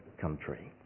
country